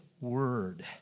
word